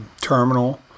terminal